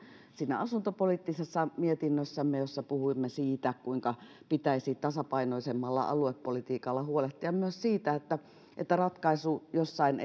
siinä asuntopoliittisessa mietinnössämme jossa puhuimme siitä kuinka pitäisi tasapainoisemmalla aluepolitiikalla huolehtia myös siitä että että ratkaisu jossain